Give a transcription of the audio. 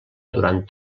durant